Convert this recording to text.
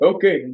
Okay